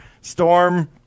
storm